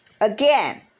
Again